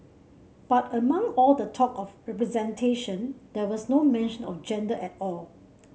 but among all the talk of representation there was no mention of gender at all